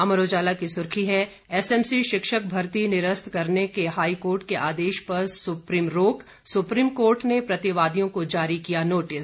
अमर उजाला की सुर्खी है एसएमसी शिक्षक भर्ती निरस्त करने के हाईकोर्ट के आदेश पर सुप्रीम रोक सुप्रीम कोर्ट ने प्रतिवादियों को जारी किया नोटिस